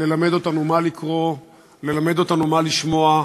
ללמד אותנו מה לקרוא, ללמד אותנו מה לשמוע,